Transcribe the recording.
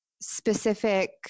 specific